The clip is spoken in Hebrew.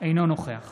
אינו נוכח